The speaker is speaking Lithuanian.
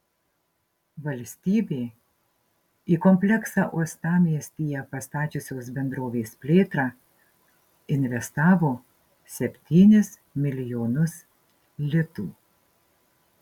valstybė į kompleksą uostamiestyje pastačiusios bendrovės plėtrą investavo septynis milijonus litų